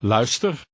Luister